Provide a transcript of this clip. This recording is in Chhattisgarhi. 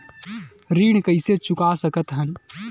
ऋण कइसे चुका सकत हन?